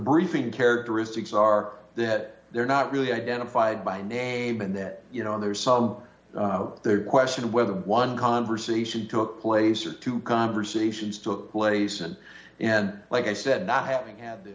briefing characteristics are that they're not really identified by name and that you know there's some question of whether one conversation took place or two conversations took place and then like i said not having had the